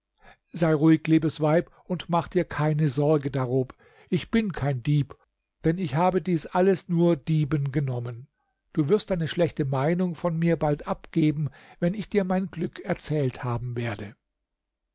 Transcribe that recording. sei ruhig liebes weib und mach dir keine sorge darob ich bin kein dieb denn ich habe dies alles nur dieben genommen du wirst deine schlechte meinung von mir bald abgeben wenn ich dir mein glück erzählt haben werde